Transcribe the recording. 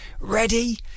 Ready